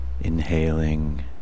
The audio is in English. Inhaling